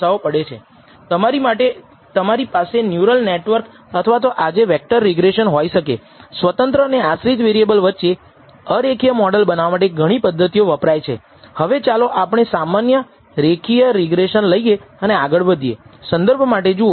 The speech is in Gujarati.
નોંધ લો કે આપણે પ્રાપ્ત કરેલ નમૂનાના આધારે β̂₀ ના જુદા જુદા અંદાજ મેળવીએ છીએ અને તેથી આપણે પૂછવા માગીએ છીએ કે જો આપણે આ પ્રયોગનું પુનરાવર્તન કરીએ તો β̂₀ અને β̂1 ના આ અંદાજનો ફેલાવો શું છે